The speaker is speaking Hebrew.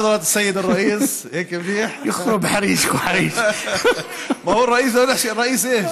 האחרים קוראים לי "כבוד היושב-ראש".) (אומר בערבית: